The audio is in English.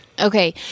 Okay